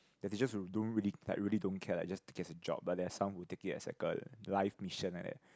the teachers who don't really like really don't care like just take it as a job but there's some who take it as a life mission like that